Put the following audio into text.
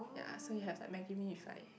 ya so you have like Maggi Mee with like